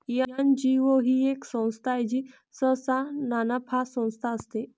NGO ही एक संस्था आहे जी सहसा नानफा संस्था असते